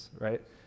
right